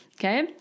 Okay